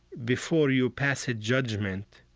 before you pass a judgment,